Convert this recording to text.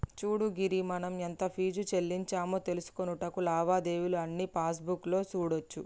సూడు గిరి మనం ఎంత ఫీజు సెల్లించామో తెలుసుకొనుటకు లావాదేవీలు అన్నీ పాస్బుక్ లో సూడోచ్చు